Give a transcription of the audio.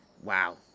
Wow